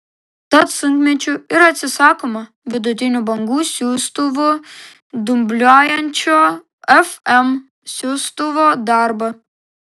tad sunkmečiu ir atsisakoma vidutinių bangų siųstuvo dubliuojančio fm siųstuvo darbą